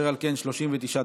אשר על כן, 39 תומכים.